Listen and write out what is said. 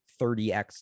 30X